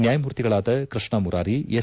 ನ್ಯಾಯಮೂರ್ತಿಗಳಾದ ಕೃಷ್ಣಾಮುರಾರಿ ಎಸ್